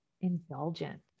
indulgent